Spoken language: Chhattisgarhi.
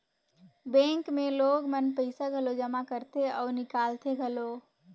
बेंक मे लोग मन पइसा घलो जमा करथे अउ निकालथें घलो